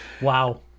Wow